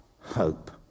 hope